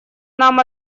нам